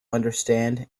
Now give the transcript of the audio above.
understand